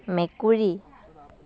মেকুৰী